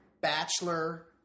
Bachelor